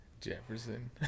Jefferson